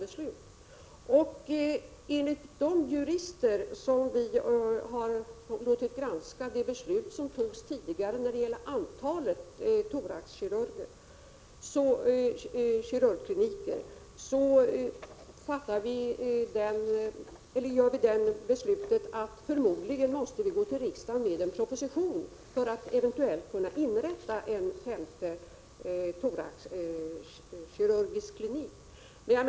Efter det att jurister har granskat det beslut som tidigare fattades när det gäller antalet thoraxkirurgkliniker gör vi i regeringen den bedömningen att vi förmodligen måste gå till riksdagen med en proposition för att en femte thoraxkirurgklinik eventuellt skall kunna inrättas.